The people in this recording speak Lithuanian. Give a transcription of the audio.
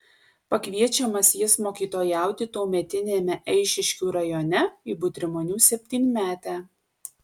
pakviečiamas jis mokytojauti tuometiniame eišiškių rajone į butrimonių septynmetę